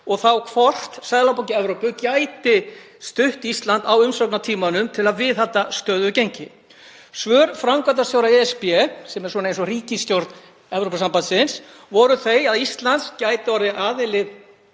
og þá hvort Seðlabanki Evrópu gæti stutt Ísland á umsóknartímanum til að viðhalda stöðugu gengi. Svör framkvæmdastjóra ESB, sem er eins og ríkisstjórn Evrópusambandsins, voru þau að Ísland gæti orðið aðili